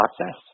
process